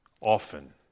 often